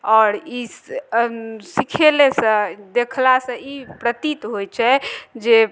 आओर ई सीखेलेसऽ देखला सऽ ई प्रतीत होइ छै जे